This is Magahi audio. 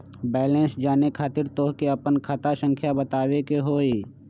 बैलेंस जाने खातिर तोह के आपन खाता संख्या बतावे के होइ?